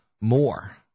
more